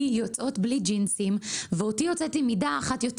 יוצאות בלי ג'ינסים ואותי יוצאת עם מידה אחת יותר.